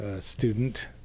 student